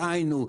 דהיינו,